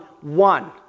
one